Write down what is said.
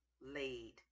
laid